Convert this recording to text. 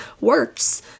works